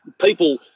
people